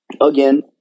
again